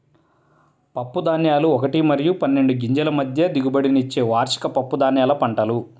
పప్పుధాన్యాలు ఒకటి మరియు పన్నెండు గింజల మధ్య దిగుబడినిచ్చే వార్షిక పప్పుధాన్యాల పంటలు